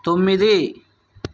తొమ్మిది